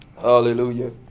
Hallelujah